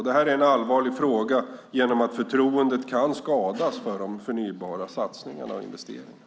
Det här är en allvarlig fråga genom att förtroendet kan skadas för de förnybara satsningarna och investeringarna.